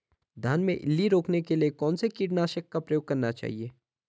धान में इल्ली रोकने के लिए कौनसे कीटनाशक का प्रयोग करना चाहिए?